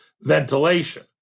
ventilation